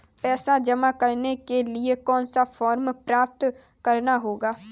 पैसा जमा करने के लिए कौन सा फॉर्म प्राप्त करना होगा?